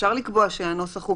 אפשר לקבוע שהנוסח הוא